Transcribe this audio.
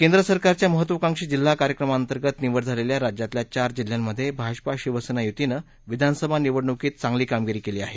केंद्र सरकारच्या महत्त्वाकांक्षी जिल्हा कार्यक्रमा अंतर्गत निवड झालेल्या राज्यातल्या चार जिल्ह्यांमध्ये भाजप शिवसेना युतीनं विधानसभा निवडणुकीत चांगली कामगिरी केली आहे